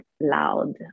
loud